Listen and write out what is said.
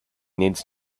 needs